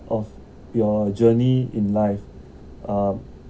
of your journey in life uh